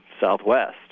Southwest